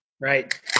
Right